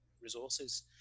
resources